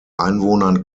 einwohnern